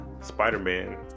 Spider-Man